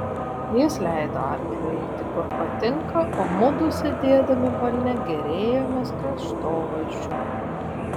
jis leido arkliui eiti kur patinka o mudu sėdėdami balne gėrėjomės kraštovaizdžiu